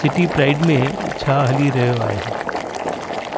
city pride में छा हली रहियो आहे